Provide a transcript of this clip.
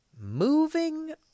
Moving